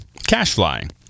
Cashfly